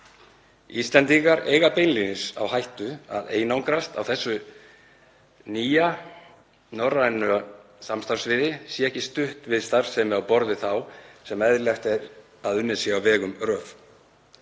Íslendingar eiga beinlínis á hættu að einangrast á þessu nýja norræna samstarfssviði sé ekki stutt við starfsemi á borð við þá sem eðlilegt er að unnin sé á vegum RÖV.